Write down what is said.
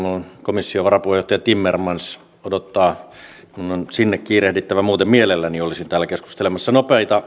komission varapuheenjohtaja timmermans odottaa minua minun on sinne kiirehdittävä muuten mielelläni olisin täällä keskustelemassa nopeita